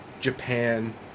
Japan